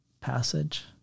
passage